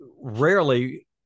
rarely